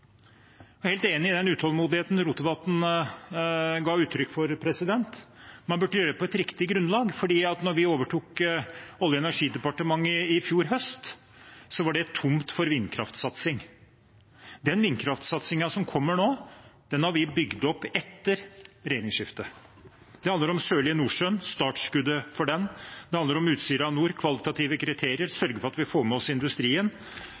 helt enig i den utålmodigheten representanten Rotevatn ga uttrykk for, men han burde gjøre det på et riktig grunnlag. Da vi overtok Olje- og energidepartementet i fjor høst, var det tomt for vindkraftsatsing. Den vindkraftsatsingen som kommer nå, har vi bygd opp etter regjeringsskiftet. Det handler om Sørlige Nordsjø og startskuddet for det, om Utsira Nord og kvalitative kriterier. Det handler om å sørge for at vi får med oss industrien